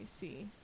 see